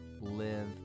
live